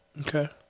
Okay